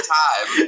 time